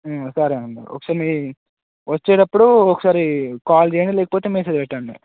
సరే అండి ఒకసారి మీ వచ్చేటప్పుడు ఒకసారి కాల్ చేయండి లేకపోతే మెసేజ్ పెట్టండి